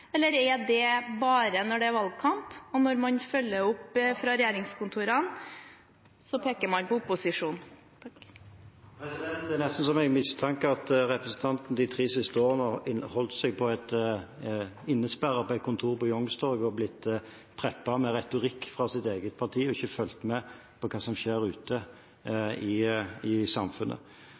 eller er det bare når det er valgkamp, og når man følger opp fra regjeringskontorene, at man trekker på opposisjonen? Det er nesten så jeg mistenker at representanten de tre siste årene har holdt seg innesperret på et kontor på Youngstorget og blitt preppet med retorikk fra sitt eget parti og ikke fulgt med på hva som skjer ute i samfunnet.